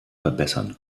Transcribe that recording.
verbessern